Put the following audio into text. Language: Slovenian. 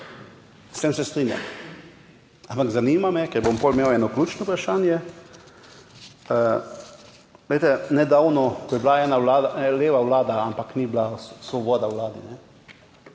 S tem se strinjam, ampak zanima me, ker bom potem imel eno ključno vprašanje, glejte, nedavno, ko je bila ena Vlada, leva vlada, ampak ni bila svoboda v vladi,